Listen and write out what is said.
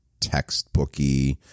textbooky